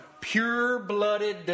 Pure-blooded